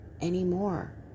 anymore